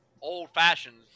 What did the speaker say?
old-fashioned